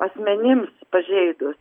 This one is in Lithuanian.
asmenims pažeidus